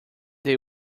they